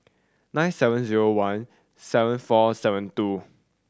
nine seven zero one seven four seven two